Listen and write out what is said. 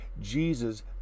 Jesus